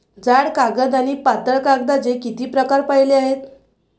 जाड कागद आणि पातळ कागदाचे किती प्रकार पाहिले आहेत?